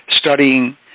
studying